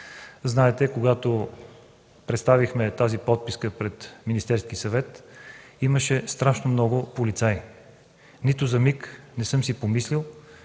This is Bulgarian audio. знаете, когато представихме тази подписка, пред Министерския съвет имаше страшно много полицаи. Нито за миг не съм си помислил